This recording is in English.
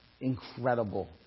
Incredible